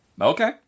Okay